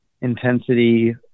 intensity